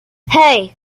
hey